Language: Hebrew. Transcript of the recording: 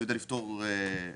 אני פותר סוגיה-סוגיה.